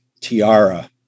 tiara